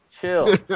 chill